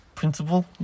Principle